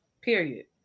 Period